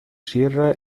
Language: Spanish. sierra